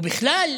ובכלל,